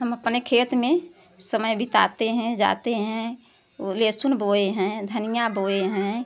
हम अपने खेत में समय बिताते हैं जाते हैं वो लहसुन बोए हैं धनिया बोए हैं